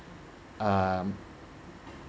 um